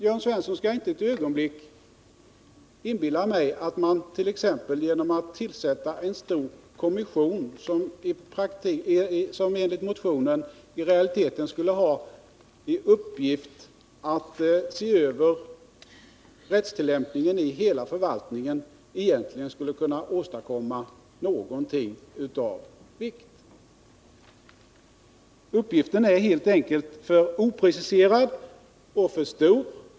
Jörn Svensson skall inte ett ögonblick inbilla mig att man t.ex. genom att tillsätta en stor kommission, som enligt motionen i realiteten skulle ha till uppgift att se över rättstillämpningen i hela förvaltningen, egentligen skulle kunna åstadkomma någonting av vikt. Uppgiften är helt enkelt för opreciserad och för stor.